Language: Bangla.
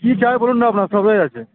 কী চাই বলুন না আপনার সবেই আছে